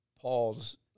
Paul's